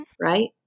right